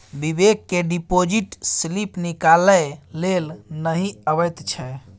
बिबेक केँ deposit slip निकालै लेल नहि अबैत छै